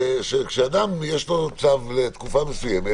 שאדם כשיש לו צו לתקופה מסוימת